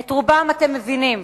את רובם אתם מבינים.